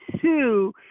two